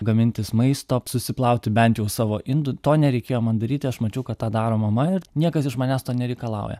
gamintis maisto susiplauti bent jau savo indų to nereikėjo man daryti aš mačiau kad tą daro mama ir niekas iš manęs to nereikalauja